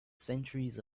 centuries